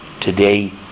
Today